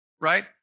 right